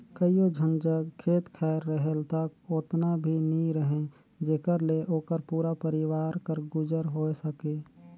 कइयो झन जग खेत खाएर रहेल ता ओतना भी नी रहें जेकर ले ओकर पूरा परिवार कर गुजर होए सके